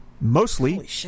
Mostly